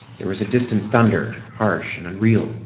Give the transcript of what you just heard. there was distant thunder, harsh and unreal